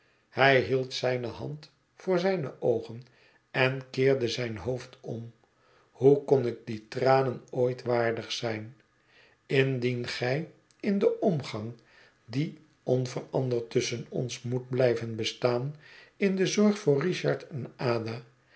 hij hield zijne hand voor zijne oogen en keerde zijn hoofd om hoe kon ik die tranen ooit waardig zijn indien gij in den omgang die onveranderd tusschen ons moet blijven bestaan in de zorg voor richard en ada